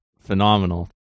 phenomenal